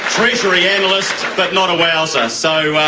treasury analyst but not a wowser. so, ah